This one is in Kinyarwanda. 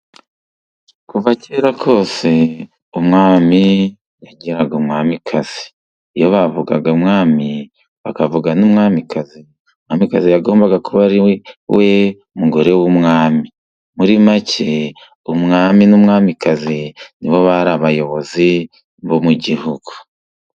Kuva kera kose umwami yagiraga umwamikaz. Iyo bavugaga umwami, bakavuga n'umwamikazi yagombaga kuba ariwe mugore w'umwami . Muri make, umwami n'umwamikazi ni bo bari abayobozi bo mu gihugu.